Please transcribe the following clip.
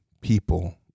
people